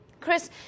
Chris